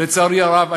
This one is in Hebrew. לצערי הרב?